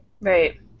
right